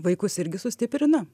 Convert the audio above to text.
vaikus irgi sustiprina